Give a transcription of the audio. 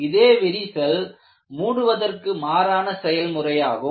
இதே விரிசல் மூடுவதற்கு மாறான செயல் முறையாகும்